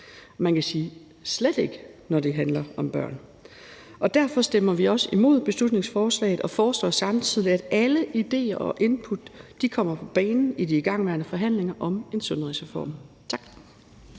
Det gør vi slet ikke, når det handler om børn. Derfor stemmer vi også imod beslutningsforslaget og foreslår samtidig, at alle idéer og input kommer på banen i de igangværende forhandlinger om en sundhedsreform. Tak.